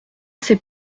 c’est